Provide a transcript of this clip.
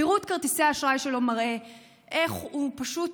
פירוט כרטיסי האשראי שלו מראה איך הוא פשוט